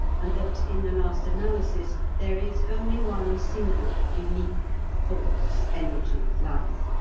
and that, in the last analysis, there is only one single, unique force, energy, life.